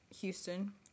Houston